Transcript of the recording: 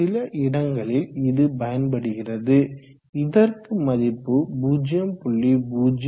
சில இடங்களில் இது பயன்படுகிறது இதற்கு மதிப்பு 0